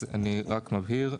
אז אני רק מבהיר,